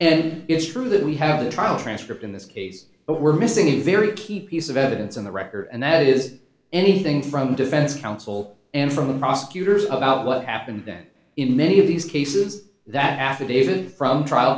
and it's true that we have the trial transcript in this case but we're missing a very key piece of evidence in the record and that is anything from defense counsel and from the prosecutor's about what happened then in many of these cases that affidavit from trial